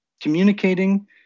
communicating